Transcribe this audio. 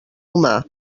humà